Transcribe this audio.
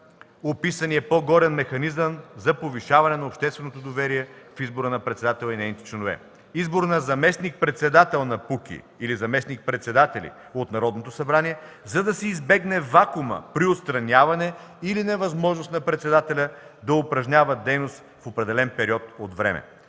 описания по-горе механизъм за повишаване на обществено доверие в избора на председател и нейните членове; - избор на заместник-председател или заместник-председатели на КПУКИ от Народното събрание, за да се избегне вакуумът при отстраняване или невъзможност на председателя да упражнява дейност за определен период от време;